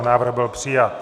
Návrh byl přijat.